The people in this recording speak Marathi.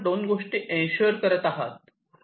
आपण दोन गोष्टी ईनशुवर करत आहात